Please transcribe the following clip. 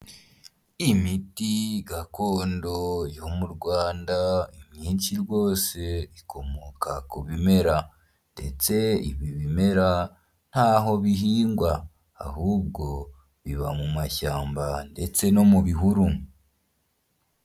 Imiti gakondo yo mu Rwanda imyinshi rwose ikomoka ku bimera ndetse ibi bimera ntaho bihingwa ahubwo biba mu mashyamba ndetse no mu bihuru.